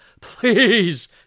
Please